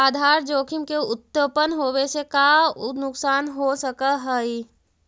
आधार जोखिम के उत्तपन होवे से का नुकसान हो सकऽ हई?